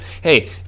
Hey